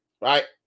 right